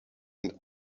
and